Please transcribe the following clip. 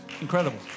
Incredible